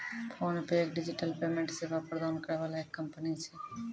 PhonePe एक digital payment सेवा प्रदान करै वाला एक कंपनी छै